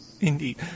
Indeed